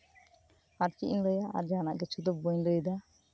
ᱟᱨ ᱪᱮᱫ ᱤᱧ ᱞᱟᱹᱭᱟ ᱟᱨ ᱡᱟᱦᱟᱱᱟᱜ ᱠᱤᱪᱷᱩ ᱫᱚ ᱵᱟᱹᱧ ᱞᱟᱹᱭᱮᱫᱟ